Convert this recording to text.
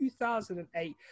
2008